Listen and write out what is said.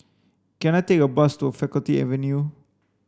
can I take a bus to Faculty Avenue